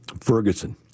Ferguson